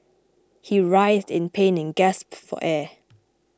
he writhed in pain and gasped for air